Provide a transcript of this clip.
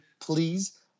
please